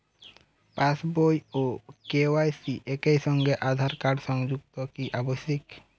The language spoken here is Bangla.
পাশ বই ও কে.ওয়াই.সি একই সঙ্গে আঁধার কার্ড সংযুক্ত কি আবশিক?